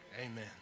Amen